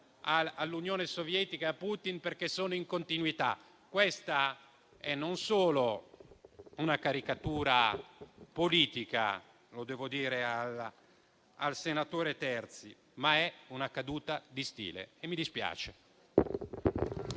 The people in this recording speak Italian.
all'Unione Sovietica e a Putin perché sono in continuità. Questa è non solo una caricatura politica - lo devo dire al senatore Terzi di Sant'Agata - ma una caduta di stile e mi dispiace.